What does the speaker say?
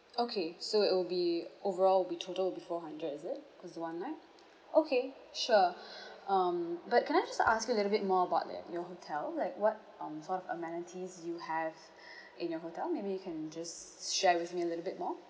okay so it'll be overall will be total will be four hundred is it cause it's one night okay sure um but can I just ask you a little bit more about uh your hotel like what um sort of amenities you have in your hotel maybe you can just share with me a little bit more